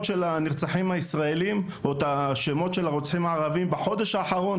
השמות של הנרצחים הישראלים או את השמות של הרוצחים הערבים בחודש האחרון,